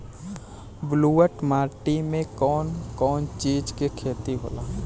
ब्लुअट माटी में कौन कौनचीज के खेती होला?